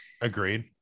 Agreed